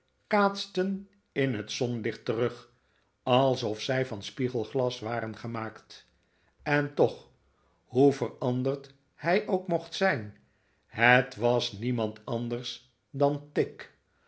kaatsten in het zonlicht terug alsof zij van spiegelglas waren gemaakt en toch hoe veranderd hij ook mocht zijn het was niemand anders dan tigg